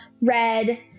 Red